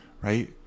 right